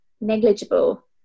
negligible